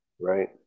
Right